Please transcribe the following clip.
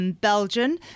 Belgian